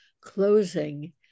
closing